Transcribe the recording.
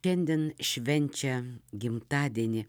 šiandien švenčia gimtadienį